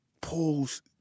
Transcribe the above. pulls